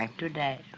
like today.